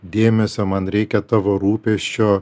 dėmesio man reikia tavo rūpesčio